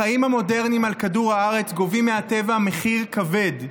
החיים המודרניים על כדור הארץ גובים מהטבע מחיר כבד,